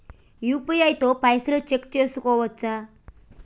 UPI తో పైసల్ check చేసుకోవచ్చా?